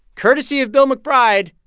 courtesy of bill mcbride,